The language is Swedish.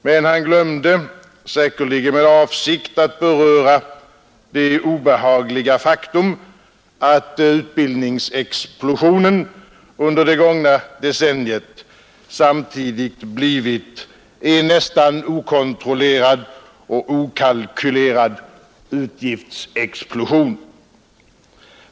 Men han glömde, säkerligen med avsikt, att beröra det obehagliga faktum att utbildningsexplosionen under det gångna decenniet samtidigt blivit en nästan okontrollerad och okalkylerad utgiftsexplosion.